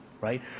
right